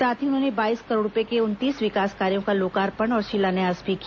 साथ ही उन्होंने बाईस करोड़ रूपये के उनतीस विकास कार्यो का लोकार्पण और शिलान्यास भी किया